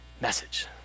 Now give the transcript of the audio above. message